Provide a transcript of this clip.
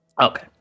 Okay